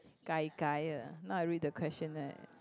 gai gai uh now I read the question leh